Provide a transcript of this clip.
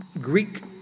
greek